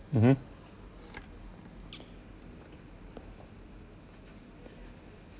mmhmm